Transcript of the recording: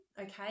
Okay